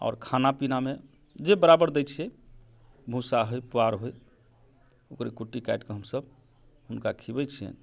आओर खाना पीनामे जे बराबर दै छिये भूसा होइ पुआर होइ ओकरे कुट्टी काटिके हम सभ हुनका खिएबै छियनि